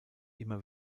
immer